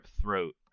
throat